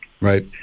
Right